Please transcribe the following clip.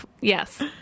Yes